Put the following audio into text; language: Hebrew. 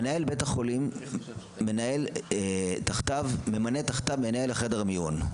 מנהל בית החולים ממנה תחתיו מנהל חדר מיון,